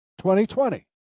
2020